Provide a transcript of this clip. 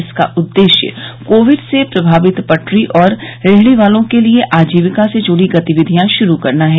इसका उद्देश्य कोविड से प्रभावित पटरी और रेहड़ी वालों के लिए आजीविका से जुड़ी गतिविधियां शुरू करना है